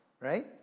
right